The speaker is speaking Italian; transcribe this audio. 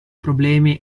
problemi